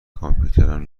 کامپیوترم